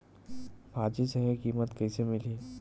भाजी सही कीमत कइसे मिलही?